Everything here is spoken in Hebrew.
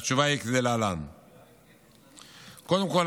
קודם כול,